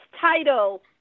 title